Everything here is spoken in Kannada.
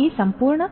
ಆದ್ದರಿಂದ ಈ ಸಂಪೂರ್ಣ